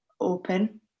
open